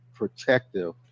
protective